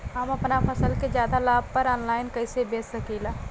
हम अपना फसल के ज्यादा लाभ पर ऑनलाइन कइसे बेच सकीला?